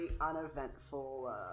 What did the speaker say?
uneventful